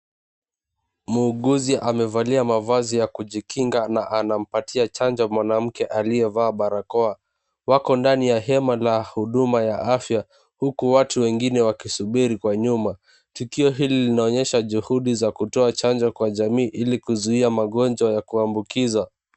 Muuguzi amevalia mavazi ya kujikinga na anampatia chanjo mwanamke aliyevaa barakoa. Wako ndani ya hema la huduma ya afya huku watu wengine wakisubiri kwa nyuma. Tukio hili linaonyesha juhudi za kutoa chanjo kwa jamii ili kuzuia magonjwa ya kuambukiza.